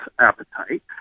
appetite